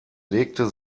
legte